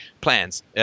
plans